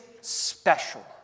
special